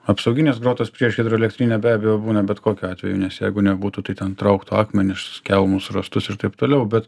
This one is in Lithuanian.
apsauginės grotos prieš hidroelektrinę be abejo būna bet kokiu atveju nes jeigu nebūtų tai ten trauktų akmenis kelmus rąstus ir taip toliau bet